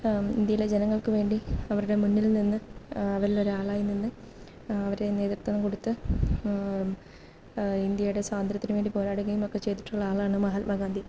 ഇന്ത്യയിലെ ജനങ്ങൾക്കുവേണ്ടി അവരുടെ മുന്നിൽ നിന്ന് അവരിൽ ഒരാളായി നിന്ന് അവരെ നേതൃത്വം കൊടുത്ത് ഇന്ത്യയുടെ സ്വാതന്ത്ര്യത്തിനുവേണ്ടി പോരാടുകയും ഒക്കെ ചെയ്തിട്ടുള്ള ആളാണ് മഹാത്മാഗാന്ധി